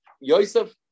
Yosef